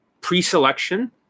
pre-selection